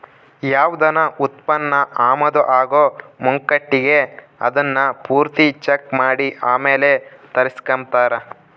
ಯಾವ್ದನ ಉತ್ಪನ್ನ ಆಮದು ಆಗೋ ಮುಂಕಟಿಗೆ ಅದುನ್ನ ಪೂರ್ತಿ ಚೆಕ್ ಮಾಡಿ ಆಮೇಲ್ ತರಿಸ್ಕೆಂಬ್ತಾರ